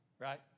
Right